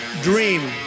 dream